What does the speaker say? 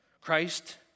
Christ